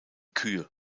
kühe